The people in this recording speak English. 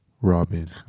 robin